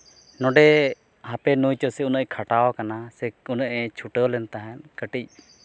ᱱᱚᱸᱰᱮ ᱦᱟᱯᱮ ᱱᱩᱭ ᱪᱟᱹᱥᱤ ᱩᱱᱟᱹᱜᱼᱮᱭ ᱠᱷᱟᱴᱟᱣᱟᱠᱟᱱᱟ ᱥᱮ ᱩᱱᱟᱹᱜᱼᱮᱭ ᱪᱷᱩᱴᱟᱹᱣᱟ ᱞᱮᱱ ᱛᱟᱦᱮᱸᱫ ᱠᱟᱹᱴᱤᱡᱽ